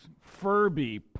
Furby